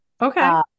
Okay